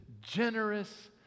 generous